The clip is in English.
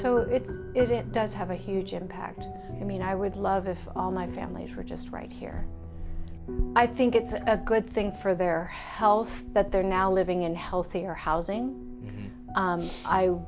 it it does have a huge impact i mean i would love if all my families were just right here i think it's a good thing for their health that they're now living in healthier housing